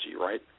right